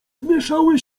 zmieszały